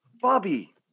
Bobby